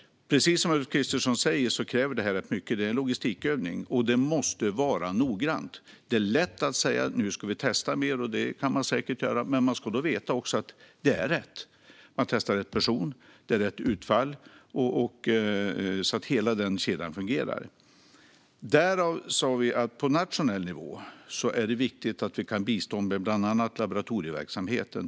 Precis som Ulf Kristersson säger kräver detta rätt mycket. Det är en logistikövning, och det måste vara noggrant. Det är lätt att säga att vi ska testa mer - och det kan man säkert göra - men man ska också veta att det är rätt. Man ska veta att man testar rätt person och att det är rätt utfall, så att hela kedjan fungerar. Därför sa vi att det är viktigt att vi på nationell nivå kan bistå med bland annat laboratorieverksamhet.